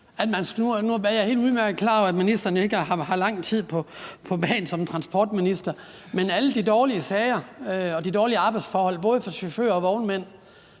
jeg er udmærket klar over, at ministeren ikke har haft lang tid på bagen som transportminister, men alle de dårlige sager, de dårlige arbejdsforhold, både for chauffører og vognmænd,